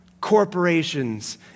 corporations